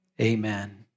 Amen